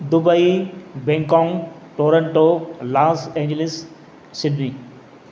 Dubai Bangkok Toronto Los Angeles Sydney